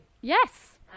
Yes